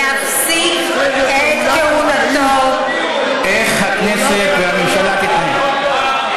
להפסיק את כהונתו, איך הכנסת והממשלה תתנהל?